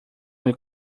will